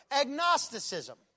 agnosticism